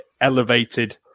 elevated